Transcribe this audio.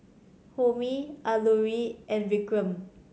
Homi Alluri and Vikram